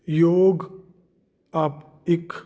ਯੋਗ ਅਪ ਇੱਕ